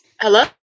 Hello